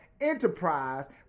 enterprise